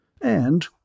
And